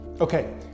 Okay